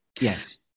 Yes